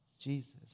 Jesus